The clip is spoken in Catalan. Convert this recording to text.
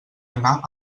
anar